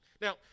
Now